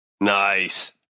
Nice